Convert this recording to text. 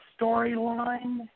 storyline